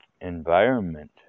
environment